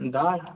दाळ